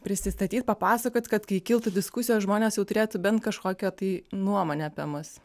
prisistatyt papasakot kad kai kiltų diskusijos žmonės jau turėtų bent kažkokią tai nuomonę apie mus